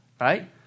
Right